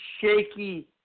shaky